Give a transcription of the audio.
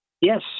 Yes